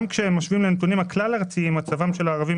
גם כשמשווים לנתונים הכלל-ארציים רואים שמצבם של הערבים